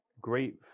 great